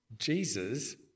Jesus